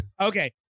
Okay